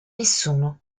nessuno